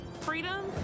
Freedom